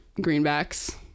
Greenbacks